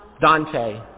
Dante